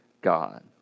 God